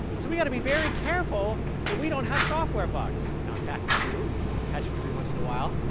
so we've got to be very careful that we don't have software bugs. now, in fact we do. and we we catch them every once in awhile.